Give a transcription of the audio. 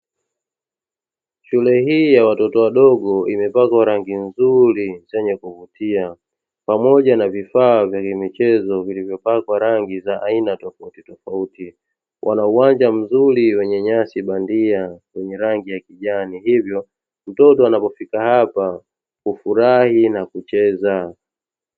Shule hii ya watoto wadogo imepakwa rangi nzuri zenye kuvutia pamoja na vifaa vya michezo vilivyopakwa rangi za aina tofauti tofauti. Wana uwanja mzuri wenye nyasi bandia wenye rangi ya kijani. Hivyo mtoto anapofika hapa, atafurahi na kucheza.